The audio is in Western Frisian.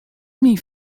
myn